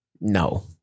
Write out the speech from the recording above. No